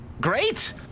great